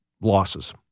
losses